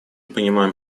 понимаем